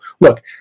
look